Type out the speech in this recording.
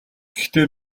гэхдээ